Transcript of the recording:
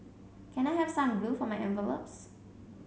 can I have some glue for my envelopes